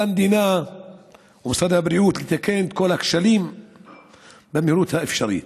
על המדינה ומשרד הבריאות לתקן את כל הכשלים במהירות האפשרית.